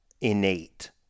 innate